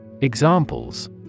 Examples